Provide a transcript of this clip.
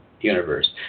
universe